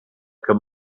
come